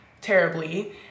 terribly